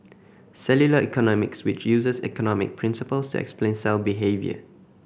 cellular economics which uses economic principles to explain cell behaviour